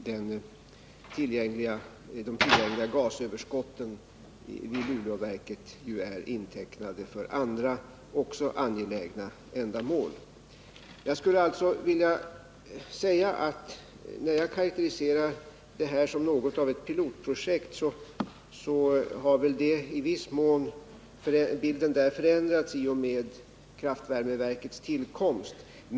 De tillgängliga gasöverskotten vid Luleåverket är ju intecknade för andra också angelägna ändamål. När jag karakteriserar det här som något av ett pilotprojekt vill jag säga att bilden i viss mån har förändrats i och med kraftvärmeverkets tillkomst.